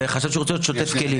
-- וחשבתי שהוא רוצה להיות שוטף כלים.